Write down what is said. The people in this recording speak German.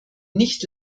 nicht